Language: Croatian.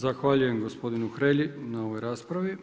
Zahvaljujem gospodinu Hrelji na ovoj raspravi.